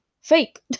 fake